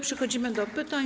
Przechodzimy do pytań.